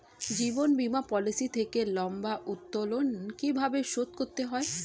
জীবন বীমা পলিসি থেকে লম্বা উত্তোলন কিভাবে শোধ করতে হয়?